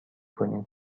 کنیم